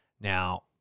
Now